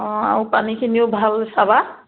অঁ আৰু পানীখিনিও ভাল চাবা